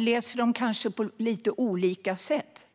läser vi dem kanske på lite olika sätt.